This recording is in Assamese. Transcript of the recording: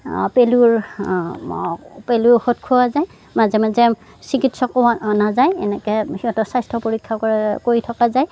পেলুৰ পেলুৰ ঔষধ খুওৱা যায় মাজে মাজে চিকিৎসকো অনা যায় এনেকে সিহঁতৰ স্বাস্থ্য় পৰীক্ষাও কৰা কৰি থকা যায়